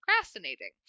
procrastinating